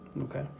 Okay